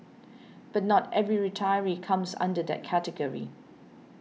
but not every retiree comes under that category